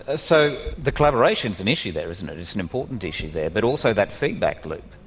ah so the collaboration is an issue there, isn't it, it's an important issue there, but also that feedback loop,